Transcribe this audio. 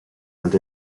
and